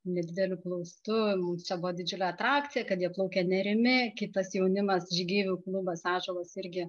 nedideliu plaustu čia buvo didžiulė atrakcija kad jie plaukė nerimi kitas jaunimas žygeivių klubas ąžuolas irgi